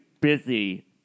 busy